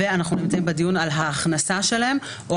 אנחנו נמצאים בדיון על ההכנסה שלהם כלומר